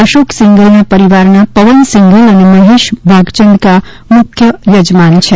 અશોક સિંઘલના પરિવારના પવન સિંઘલ અને મહેશ ભાગચંદકા મુખ્ય યજમાન છે